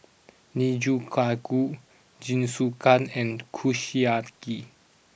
Nikujaga Guh Jingisukan and Kushiyaki